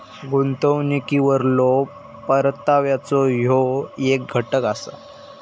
गुंतवणुकीवरलो परताव्याचो ह्यो येक घटक असा